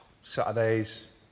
Saturdays